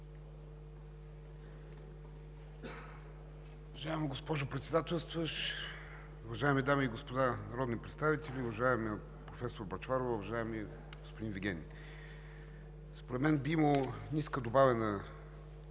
Уважаема госпожо Председателстваща, уважаеми дами и господа народни представители! Уважаема професор Бъчварова, уважаеми господин Вигенин! Според мен би имало ниска добавена